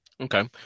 Okay